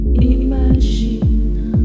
imagine